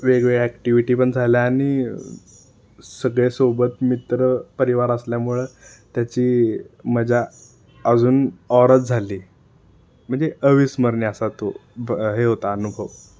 वेगवेगळ्या ॲक्टिव्हिटी पण झाल्या आणि सगळे सोबत मित्र परिवार असल्यामुळं त्याची मजा अजून औरच झाली म्हणजे अविस्मरणीय असा तो हे होता अनुभव